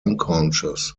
unconscious